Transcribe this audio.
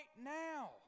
now